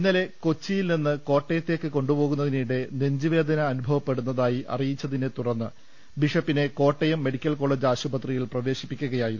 ഇന്നലെ കൊച്ചിയിൽ നിന്ന് കോട്ടയത്തേക്ക് കൊണ്ടുപോകുന്നതിനിടെ നെഞ്ച് വേദന ്അനുഭവപ്പെടുന്നതായി അറിയിച്ചതിനെ തുടർന്ന് ബിഷപ്പിനെ കോട്ടയം മെഡിക്കൽ കോളേജ് ആശുപത്രിയിൽ പ്രവേശിപ്പിക്കുകയായിരുന്നു